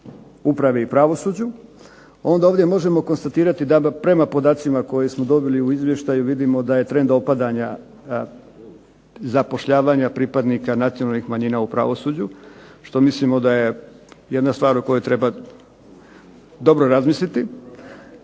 uprave i pravosuđu, onda ovdje možemo konstatirati da prema podacima koje smo dobili u izvještaju vidimo da je trend opadanja zapošljavanja pripadnika nacionalnih manjina u pravosuđu, što mislimo da je jedna stvar o kojoj treba dobro razmisliti.